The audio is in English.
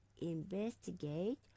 investigate